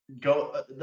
go